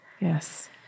Yes